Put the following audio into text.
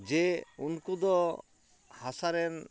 ᱡᱮ ᱩᱱᱠᱩ ᱫᱚ ᱦᱟᱥᱟᱨᱮᱱ